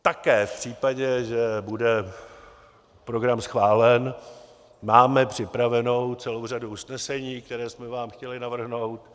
Také v případě, že bude program schválen, máme připravenou celou řadu usnesení, která jsme vám chtěli navrhnout.